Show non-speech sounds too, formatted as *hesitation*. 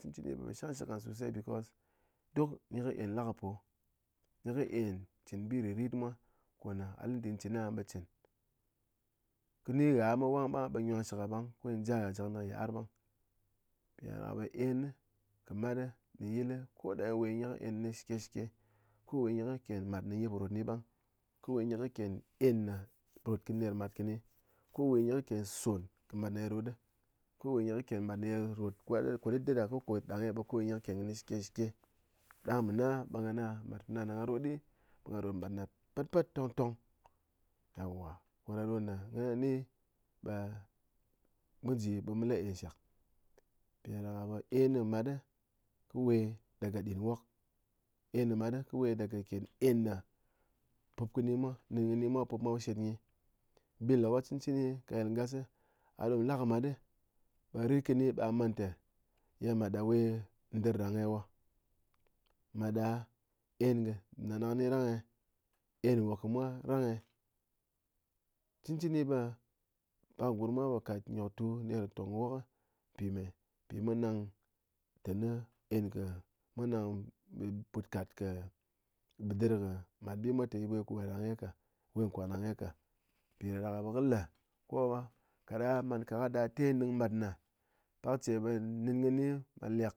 Cɨn chɨni ɓe shangshɨk ghán sosey because duk nyi kɨ en lapo, nyikɨ en chɨn bi ritrit mwa komɨ a lɨté chin a'a ɓe chin, kɨni gha met wang ɓang ɓe nwang shɨk ghá ɓang kɨné ja ghá je kɨné yit'ar ɓang mpiɗáɗaka ɓe en, mat, yil koɗa we nyi kɨ en nyi shɨké shɨké, kowe nyikɨ ken mát nyi po rot ni ɓang, kowe nyikɨ ken en po rot kɨni ner mat kɨni kowe nyi kɨ ken son kɨ mat ne ye rot, kowe nyi kɨ ken mát nɨye rot ko dutdut da ko koɗang eh ɓe kowe gyi kɨ ken nyi shɨke shɨke, ɗang mɨna ɓe ghána mát fana na ghá rotɗi gha rot mát na patpat tongtong awa, koɗa ɗo le gha ni ɓe mu ji ɓe mu la eh shak *hesitation* en mát kɨ we daga ndɨn wok en mát kɨ we daga ken en pup kɨni mwa nén kɨni mwa pup mwa shit nyi, ɓi lé ko chin chini ka yil ngas, a rot la kɨ mat ɓe rit kɨni ɓe gha man té ye mat ɗa we ndɨr ɗáng eh wo, mát ɗa en nana nyi rang eh, en nwok mwa rang eh cɨn cɨni ɓe pak gurm mwa po kat nyoktu ner kɨ tong wok, mpime mpi mwa nang ténɨ en kɨ mwa nang put kat kɨ ɓéɗɨr kɨ mat bi mwa we kwang ɗang eh ka, mpiɗáɗaka ɓe kɨ le ko kaɗa man ka ko gha dɨm gha te nɨng mát ne pakche ɓe nɨn kɨni mát lek